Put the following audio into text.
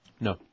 No